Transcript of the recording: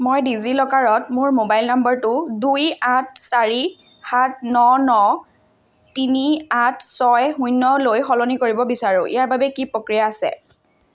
মই ডিজি লকাৰত মোৰ মোবাইল নম্বৰটো দুুই আঠ চাৰি সাত ন ন তিনি আঠ ছয় শূন্যলৈ সলনি কৰিব বিচাৰোঁ ইয়াৰ বাবে কি প্ৰক্ৰিয়া আছে